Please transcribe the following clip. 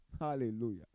Hallelujah